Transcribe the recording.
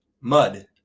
Mud